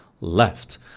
left